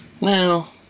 Now